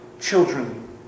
children